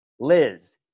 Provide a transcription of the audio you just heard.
Liz